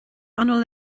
bhfuil